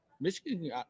Michigan